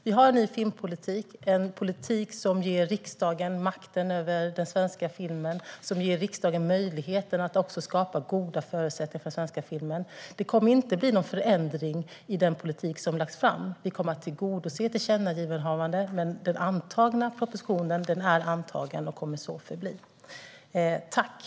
Vi har en ny filmpolitik, som ger riksdagen makten över den svenska filmen och också möjlighet att skapa goda förutsättningar för den svenska filmen. Det kommer inte att ske någon förändring i den politik som lagts fram. Vi kommer att tillgodose tillkännagivanden, men den antagna propositionen kommer att förbli antagen.